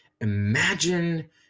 Imagine